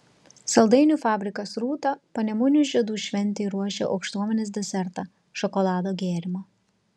saldainių fabrikas rūta panemunių žiedų šventei ruošia aukštuomenės desertą šokolado gėrimą